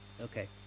Okay